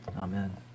amen